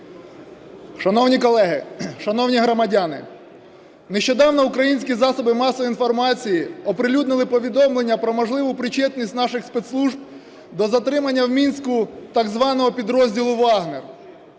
Шановні колеги, шановні громадяни! Нещодавно українські засоби масової інформації оприлюднили повідомлення про можливу причетність наших спецслужб до затримання в Мінську так званого підрозділу "Вагнер".